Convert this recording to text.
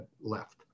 left